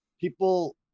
people